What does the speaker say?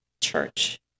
church—